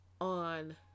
on